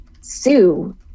sue